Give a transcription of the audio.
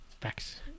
Facts